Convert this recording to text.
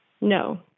No